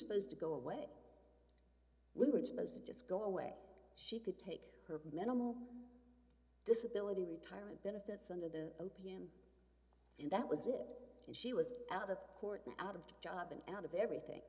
supposed to go away we were supposed to just go away she could take her minimal disability retirement benefits under the opium and that was it and she was out of court and out of the job and out of everything